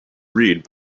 read